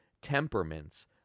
temperaments